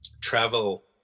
travel